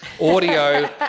audio